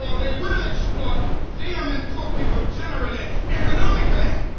ah they will exploit them and poor people generally economically.